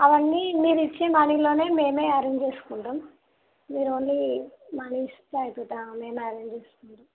అవన్నీ మీరిచ్చే మనీలోనే మేమే అరేంజ్ చేసుకుంటాం మీరు ఓన్లీ మనీ ఇస్తే అయిపోతుంది మేమే అరేంజ్ చేసుకుంటాం